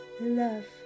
love